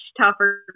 tougher